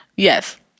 Yes